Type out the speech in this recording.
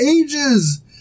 ages